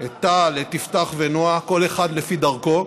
את טל, את יפתח ונועה, כל אחד לפי דרכו,